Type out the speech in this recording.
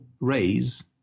raise